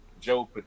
Joe